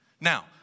Now